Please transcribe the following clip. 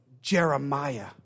Jeremiah